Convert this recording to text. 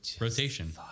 rotation